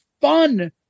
fun